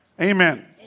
Amen